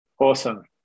Awesome